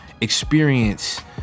experience